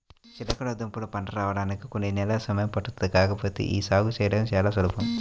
చిలకడదుంపల పంట రాడానికి కొన్ని నెలలు సమయం పట్టుద్ది కాకపోతే యీ సాగు చేయడం చానా సులభం